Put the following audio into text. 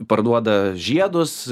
parduoda žiedus